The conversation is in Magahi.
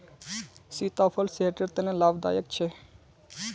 सीताफल सेहटर तने लाभदायक छे